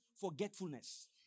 forgetfulness